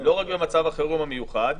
ולא רק במצב החירום המיוחד.